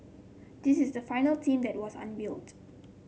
this is the final team that was unveiled